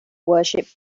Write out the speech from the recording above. worshiped